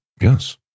Yes